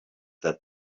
that